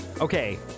Okay